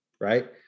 right